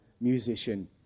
musician